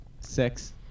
Six